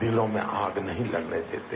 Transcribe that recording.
दिलों में आग नही लगने देते